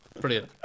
Brilliant